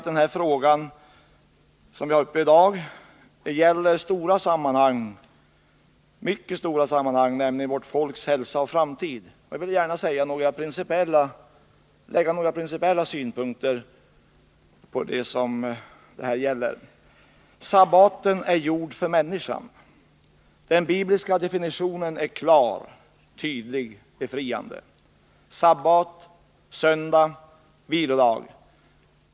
Den fråga som vi nu behandlar gäller emellertid mycket stora sammanhang: vårt folks hälsa och framtid. Jag vill gärna lägga några principiella synpunkter på detta. Sabbaten är gjord för människan. Den bibliska definitionen är klar, tydlig, befriande. Sabbat — söndag — vilodag.